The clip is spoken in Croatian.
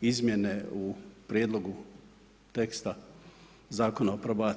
izmjene u prijedloga teksta Zakona o probaciji.